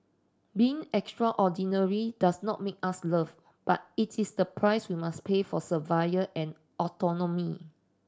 being extraordinary does not make us loved but it is the price we must pay for survival and autonomy